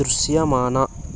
దృశ్యమాన